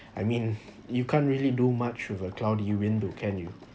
I mean you can't really do much with a cloudy window can you